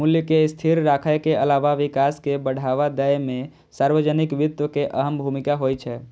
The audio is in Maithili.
मूल्य कें स्थिर राखै के अलावा विकास कें बढ़ावा दै मे सार्वजनिक वित्त के अहम भूमिका होइ छै